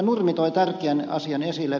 nurmi toi tärkeän asian esille